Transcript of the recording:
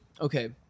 okay